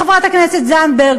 חברת הכנסת זנדברג,